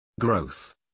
Growth